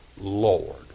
Lord